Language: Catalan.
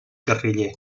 guerriller